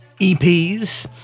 EPs